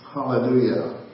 Hallelujah